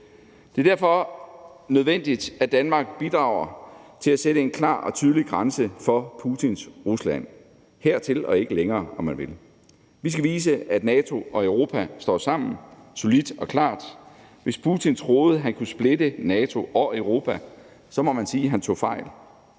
Det er derfor nødvendigt, at Danmark bidrager til at sætte en klar og tydelig grænse for Putins Rusland: Hertil og ikke længere! om man vil. Vi skal vise, at NATO og Europa står sammen, solidt og klart. Hvis Putin troede, at han kunne splitte NATO og Europa, så må man sige: Han tog fejl.